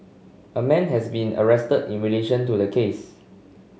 a man has been arrested in relation to the case